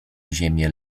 ziemię